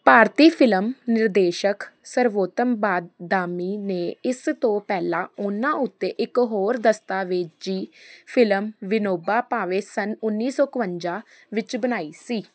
ਭਾਰਤੀ film ਨਿਰਦੇਸ਼ਕ ਸਰਵੋਤਮ ਬਾਦਾਮੀ ਨੇ ਇਸ ਤੋਂ ਪਹਿਲਾਂ ਉਨ੍ਹਾਂ ਉੱਤੇ ਇੱਕ ਹੋਰ ਦਸਤਾਵੇਜ਼ੀ ਫ਼ਿਲਮ ਵਿਨੋਬਾ ਭਾਵੇ ਸੰਨ ਉੱਨੀ ਸੌ ਇਕਵੰਜਾ ਵਿੱਚ ਬਣਾਈ ਸੀ